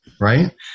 right